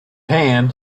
hand